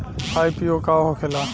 IPO का होखेला?